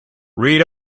read